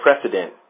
precedent